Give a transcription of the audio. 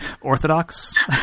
orthodox